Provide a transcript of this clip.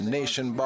Nation